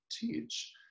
teach